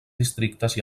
districtes